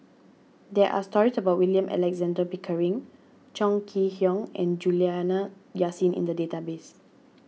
there are stories about William Alexander Pickering Chong Kee Hiong and Juliana Yasin in the database